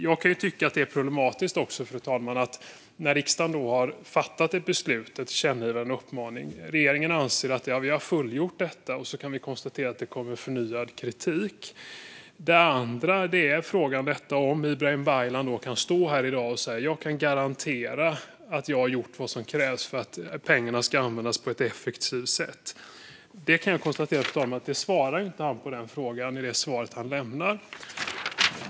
Jag kan också tycka att det är problematiskt att riksdagen har fattat ett beslut om ett tillkännagivande, en uppmaning, och regeringen anser att man har fullgjort detta men vi kan konstatera att det kommer förnyad kritik. Jag undrar om Ibrahim Baylan kan stå här i dag och garantera att han har gjort vad som krävs för att pengarna ska användas på ett effektivt sätt. Jag kan konstatera, fru talman, att statsrådet inte svarar på den frågan i det svar han lämnar.